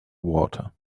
water